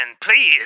please